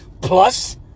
plus